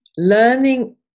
Learning